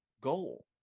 goal